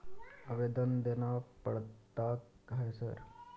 आवेदन देना पड़ता है सर?